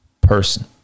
person